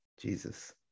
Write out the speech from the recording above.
Jesus